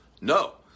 no